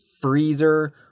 freezer